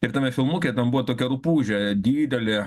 ir tame filmuke buvo tokia rupūžė didelė